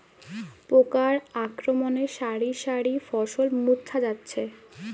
পোকার আক্রমণে শারি শারি ফসল মূর্ছা যাচ্ছে